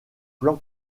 plan